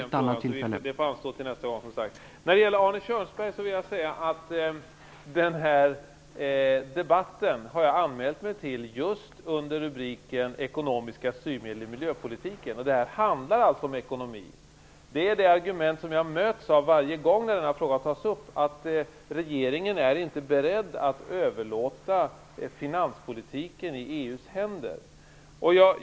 Herr talman! Det får alltså anstå till nästa gång. Till Arne Kjörnsberg vill jag säga att jag anmält mig till debatten just under avsnittet om ekonomiska styrmedel i miljöpolitiken. Det handlar alltså om ekonomi. Det argument som jag möts av varje gång frågan tas upp är att regeringen inte är beredd att överlåta finanspolitiken i EU:s händer.